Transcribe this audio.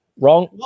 Wrong